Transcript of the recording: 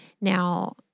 Now